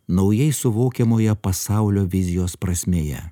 naujai suvokiamoje pasaulio vizijos prasmėje